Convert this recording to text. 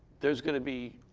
there's going to be